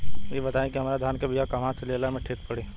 इ बताईं की हमरा धान के बिया कहवा से लेला मे ठीक पड़ी?